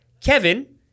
Kevin